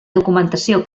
documentació